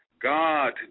God